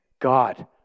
God